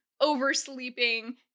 oversleeping